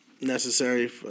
necessary